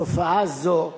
תופעה זו,